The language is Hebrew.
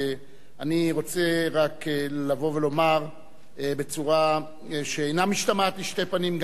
אני רוצה רק לבוא ולומר בצורה שאינה משתמעת לשתי פנים,